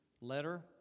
letter